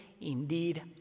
Indeed